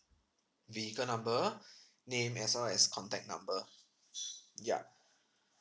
vehicle number name as well as contact number ya